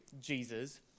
Jesus